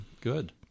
good